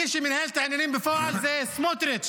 מי שמנהל את העניינים בפועל זה סמוטריץ'